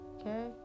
okay